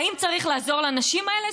האם צריך לעזור לנשים האלה?